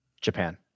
Japan